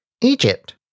Egypt